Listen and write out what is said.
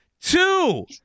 two